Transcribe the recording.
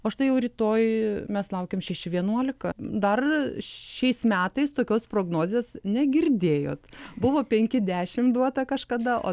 o štai jau rytoj mes laukiam šeši vienuolika dar šiais metais tokios prognozės negirdėjot buvo penki dešimt duota kažkada o